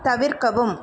தவிர்க்கவும்